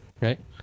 right